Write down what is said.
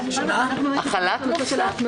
הישיבה ננעלה בשעה 11:46.